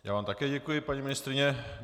Já vám také děkuji, paní ministryně.